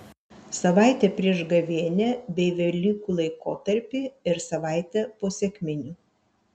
savaitę prieš gavėnią bei velykų laikotarpį ir savaitę po sekminių